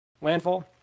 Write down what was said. Landfall